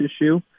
issue